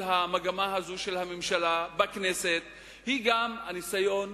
המגמה הזו של הממשלה בכנסת היא גם הניסיון